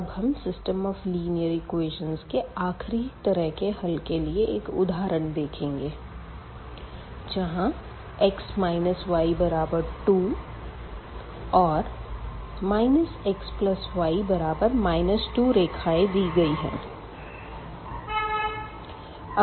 अब हम system of linear equation के आखिरी तरह के हल के लिए एक उदाहरण देखेंगे जहाँ x y2 और xy 2 रेखाएं दी गई है